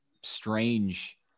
strange